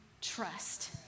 trust